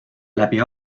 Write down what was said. läbi